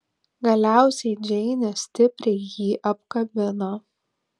galiausiai džeinė stipriai jį apkabino